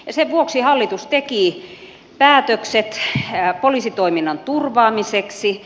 sen vuoksi hallitus teki päätökset poliisitoiminnan turvaamiseksi